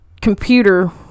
computer